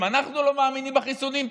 אם אנחנו לא מאמינים בחיסונים,